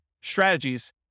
strategies